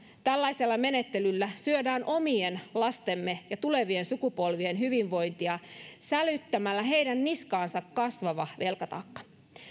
tällaisella menettelyllä syödään omien lastemme ja tulevien sukupolvien hyvinvointia sälyttämällä heidän niskaansa kasvava velkataakka